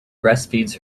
breastfeeds